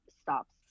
stops